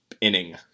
inning